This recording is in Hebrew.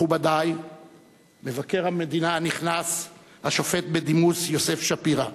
מכובדי מבקר המדינה הנכנס השופט בדימוס יוסף שפירא,